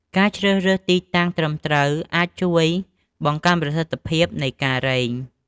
ការជ្រើសរើសទីតាំងត្រឹមត្រូវអាចជួយបង្កើនប្រសិទ្ធភាពនៃការរែង។